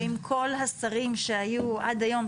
ועם כל השרים שהיו עד היום,